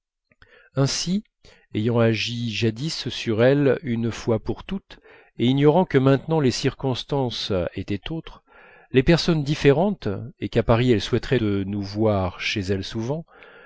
ainsi ayant agi jadis sur elle une fois pour toutes et ignorant que maintenant les circonstances étaient autres les personnes différentes et qu'à paris elle souhaiterait de nous voir chez elle souvent